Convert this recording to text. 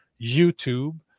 youtube